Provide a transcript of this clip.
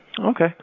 Okay